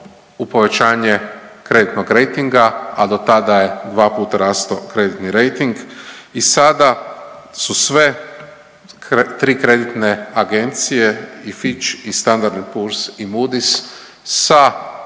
u povećanje kreditnog rejtinga, a do tada je dva put rastao kreditni rejting i sada su sve tri kreditne agencije i Fitch i Standard & Poors i Moody's sa